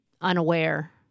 unaware